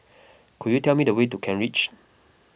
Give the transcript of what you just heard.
could you tell me the way to Kent Ridge